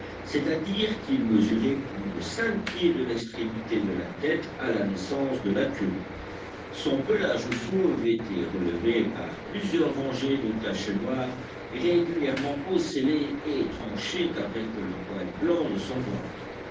c'est-à-dire qu'il mesurait plus de cinq pieds de l'extrémité de la tête à la naissance de la queue son pelage fauve était relevé par plusieurs rangées de taches noires régulièrement ocellées et tranchait avec le poil blanc de son ventre